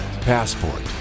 passport